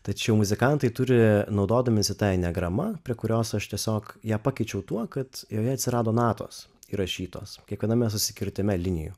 tačiau muzikantai turi naudodamiesi tai enegrama prie kurios aš tiesiog ją pakeičiau tuo kad joje atsirado natos įrašytos kiekviename susikirtime linijų